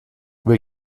will